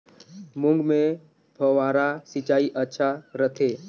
मूंग मे फव्वारा सिंचाई अच्छा रथे?